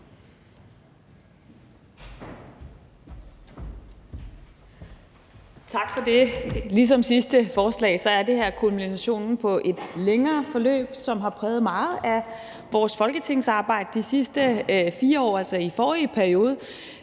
Tak for det. Ligesom ved sidste forslag er det her kulminationen på et længere forløb, som har præget meget af vores folketingsarbejde de sidste 4 år, altså i forrige periode.